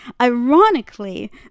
ironically